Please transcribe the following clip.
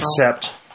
accept